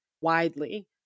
widely